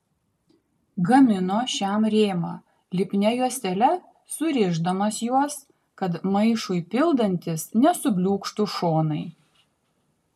gamino šiam rėmą lipnia juostele surišdamas juos kad maišui pildantis nesubliūkštų šonai